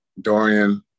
Dorian